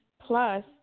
Plus